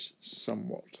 somewhat